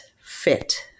fit